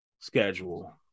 schedule